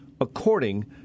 according